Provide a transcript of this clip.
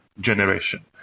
generation